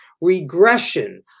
regression